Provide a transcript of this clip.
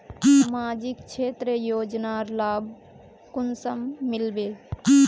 सामाजिक क्षेत्र योजनार लाभ कुंसम मिलबे?